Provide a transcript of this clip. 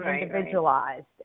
individualized